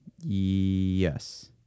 Yes